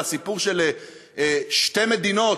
על הסיפור של שתי מדינות,